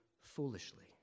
foolishly